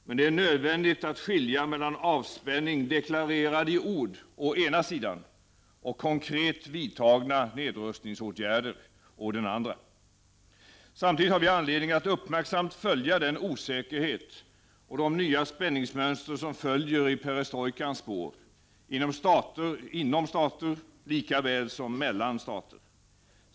Men det är nödvändigt att skilja mellan avspänning deklarerad i ord å den ena sidan och konkret vidtagna nedrustningsåtgärder å den andra. Samtidigt har vi anledning att uppmärksamt följa den osäkerhet och de nya spänningsmönster som följer i perestrojkans spår, inom stater lika väl som mellan stater.